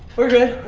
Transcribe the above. we're good.